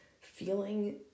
feeling